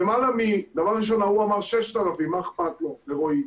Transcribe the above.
דבר ראשון, ההוא אמר 6,000. מה אכפת לו, לרועי.